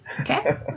Okay